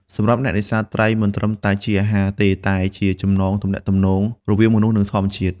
សម្រាប់អ្នកនេសាទ ត្រីមិនត្រឹមតែជាអាហារទេ តែជា ចំណងទំនាក់ទំនង រវាងមនុស្ស និងធម្មជាតិ។